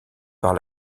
par